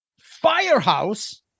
Firehouse